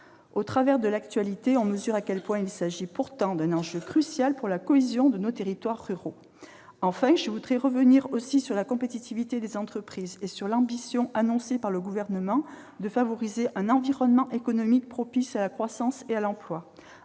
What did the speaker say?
Au travers de l'actualité, on mesure à quel point il s'agit pourtant d'un enjeu crucial pour la cohésion de nos territoires ruraux. Enfin, je voudrais revenir aussi sur la compétitivité des entreprises et l'ambition annoncée par le Gouvernement de favoriser un environnement économique propice à la croissance et à l'emploi.